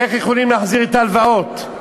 איך יכולים להחזיר את ההלוואות?